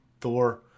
Thor